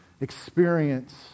experience